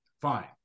fine